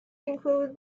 include